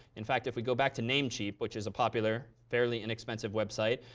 in fact, if we go back to namecheap, which is a popular, fairly inexpensive website,